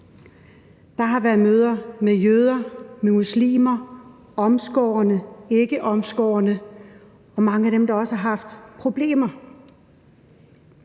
Der har været møder med jøder, med muslimer, med omskårne og ikkeomskårne og med mange af dem, der også har haft problemer.